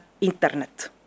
internet